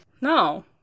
No